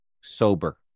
sober